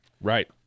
Right